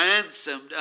ransomed